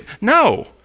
No